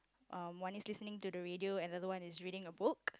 um one is listening to the radio and another one is reading a book